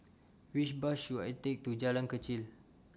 Which Bus should I Take to Jalan Kechil